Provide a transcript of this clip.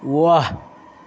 वाह